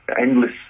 endless